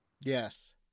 yes